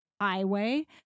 highway